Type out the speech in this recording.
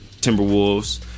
Timberwolves